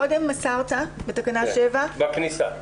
קודם מסרת, בתקנה 7. בכניסה.